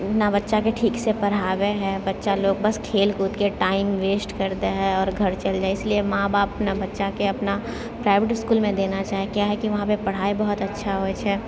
ना बच्चाकेँ ठीकसँ पढ़ाबे है बच्चा लोग बस खेल कूदके टाइम वेस्ट कर दे है आओर घर चल जाइ है इसलिए माँ बाप अपना बच्चाकेँ अपना प्राइवेट इसकुलमे देना छै कियाकि वहाँ पर पढ़ाइ बहुत अच्छा होइ छै